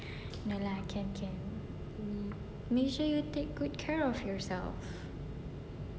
no lah can can make sure you take good care of yourself